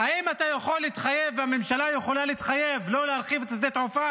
האם אתה יכול להתחייב והממשלה יכולה להתחייב לא להרחיב את שדה התעופה?